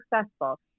successful